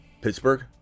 Pittsburgh